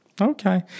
Okay